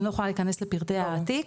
אני לא יכולה להיכנס לפרטי התיק,